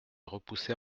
repoussé